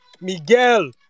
Miguel